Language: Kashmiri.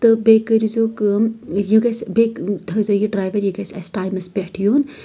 تہٕ بیٚیہِ کٔرزیٚو کٲم یہِ گژھِ بیٚیہِ تھٲزیٚو یہِ ڈریور یہِ گژھِ ٹایمَس پٮ۪ٹھ یُن